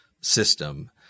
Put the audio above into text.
system